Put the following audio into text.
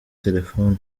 telefoni